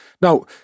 Now